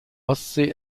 ostsee